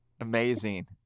Amazing